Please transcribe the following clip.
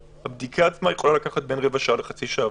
הבדיקה יכול לקחת בין רבע שעה לחצי שעה.